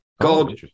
God